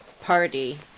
party